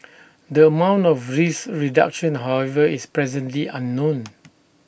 the amount of risk reduction however is presently unknown